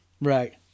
Right